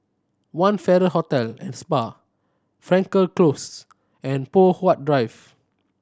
One Farrer Hotel and Spa Frankel Close and Poh Huat Drive